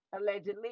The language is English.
allegedly